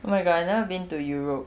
oh my god I've never been to europe